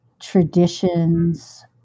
traditions